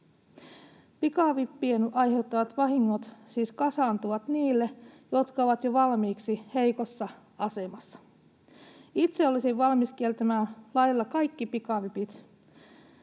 Pikavippien aiheuttamat vahingot siis kasaantuvat niille, jotka ovat jo valmiiksi heikossa asemassa. Itse olisin valmis kieltämään lailla kaikki pikavipit,